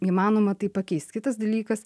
įmanoma tai pakeist kitas dalykas